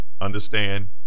Understand